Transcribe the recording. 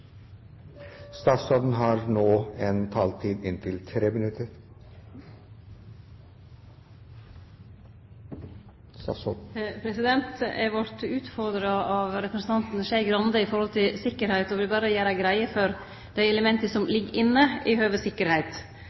av representanten Skei Grande i forhold til sikkerheit, og vil berre gjere greie for dei elementa som ligg inne i høve